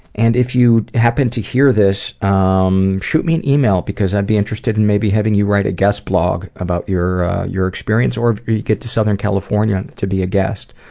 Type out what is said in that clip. and if you happen to hear this, um shoot me an email because i'd be interested in maybe having you write a guest blog about your your experience. or if you get to southern california, to be a guest,